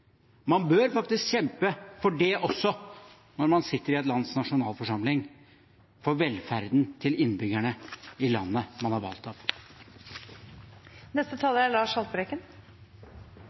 Man bør faktisk kjempe for det også når man sitter i et lands nasjonalforsamling – for velferden til innbyggerne i landet man er valgt av. Det vi ser i klimakampen i dag, er